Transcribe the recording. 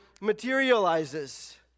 materializes